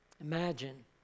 Imagine